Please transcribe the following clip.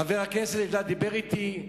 חבר הכנסת אלדד דיבר אתי.